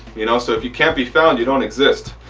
you know so if you can't be found you don't exist.